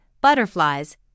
butterflies